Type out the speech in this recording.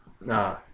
Nah